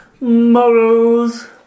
morals